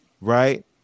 right